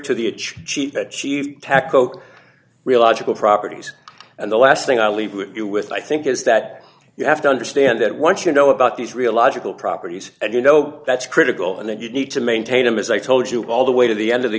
to the itch cheat achieve tact coke realizable properties and the last thing i'll leave you with i think is that you have to understand that once you know about these real logical properties and you know that's critical and that you need to maintain them as i told you all the way to the end of the